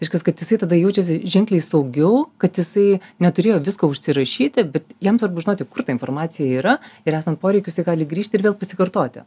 reiškias kad jisai tada jaučiasi ženkliai saugiau kad jisai neturėjo visko užsirašyti bet jam svarbu žinoti kur ta informacija yra ir esant poreikiui jisai gali grįžt ir vėl pasikartoti